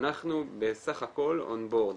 אנחנו בסך הכל און בורד,